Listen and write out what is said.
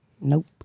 Nope